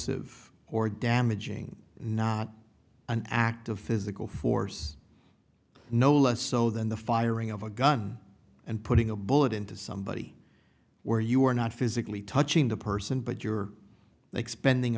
corrosive or damaging not an act of physical force no less so than the firing of a gun and putting a bullet into somebody where you are not physically touching the person but you're expanding